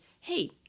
hey